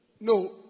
No